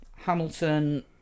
Hamilton